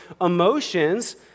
emotions